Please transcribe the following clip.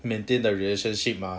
maintain the relationship mah